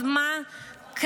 אז מה קרה?